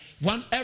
one